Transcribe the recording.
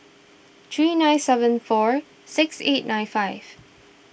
three nine seven four six eight nine five